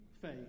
faith